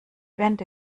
wände